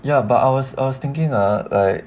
ya but I was I was thinking ah like